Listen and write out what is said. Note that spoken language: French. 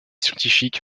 scientifique